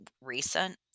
recent